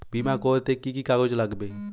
বিমা করতে কি কি কাগজ লাগবে?